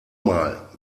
mal